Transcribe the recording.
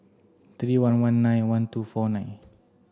three one one nine one two four nine